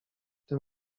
tym